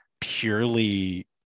purely –